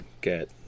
get